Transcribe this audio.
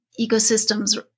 ecosystems